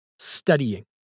Studying